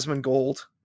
Gold